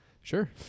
Sure